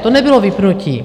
To nebylo vypnutí.